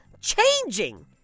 changing